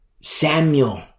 Samuel